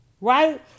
right